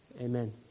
Amen